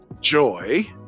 joy